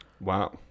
Wow